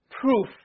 proof